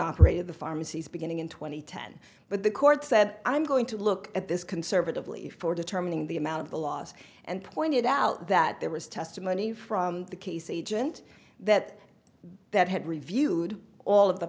operated the pharmacies beginning in two thousand and ten but the court said i'm going to look at this conservatively for determining the amount of the loss and pointed out that there was testimony from the case agent that that had reviewed all of the